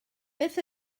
beth